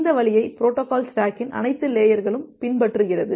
இந்த வழியை பொரோட்டோகால் ஸ்டாக்கின் அனைத்து லேயர்களும் பின்பற்றுகிறது